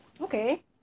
okay